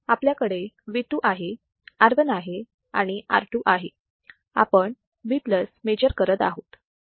आपल्याकडे V2 आहे R1 आहे आणि R2 आहे आणि आपण V मेजर करत आहोत बरोबर